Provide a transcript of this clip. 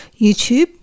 YouTube